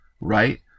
right